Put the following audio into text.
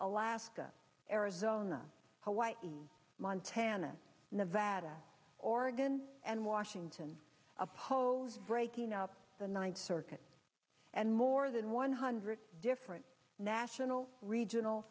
alaska arizona montana nevada oregon in washington oppose breaking up the ninth circuit and more than one hundred different national regional